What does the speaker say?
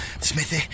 Smithy